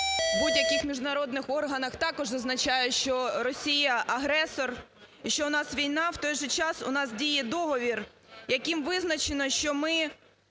в будь-яких міжнародних органах також зазначає, що Росія агресор і що у нас війна. В той же час у нас діє договір, яким визначено, що ми